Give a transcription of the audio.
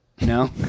No